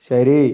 ശരി